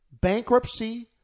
bankruptcy